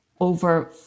over